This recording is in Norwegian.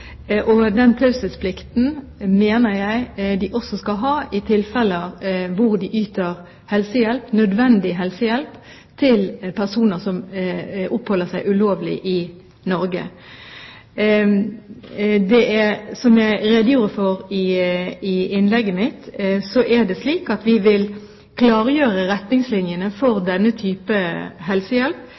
og den taushetsplikten mener jeg de også skal ha i tilfeller hvor de yter nødvendig helsehjelp til personer som oppholder seg ulovlig i Norge. Som jeg redegjorde for i innlegget mitt, er det slik at vi vil klargjøre retningslinjene for denne type helsehjelp.